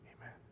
amen